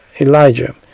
Elijah